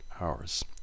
hours